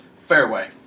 Fairway